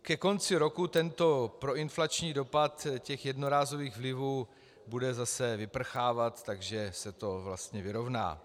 Ke konci roku tento proinflační dopad jednorázových vlivů bude zase vyprchávat, takže se to vlastně vyrovná.